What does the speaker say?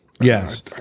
Yes